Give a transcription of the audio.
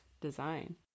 design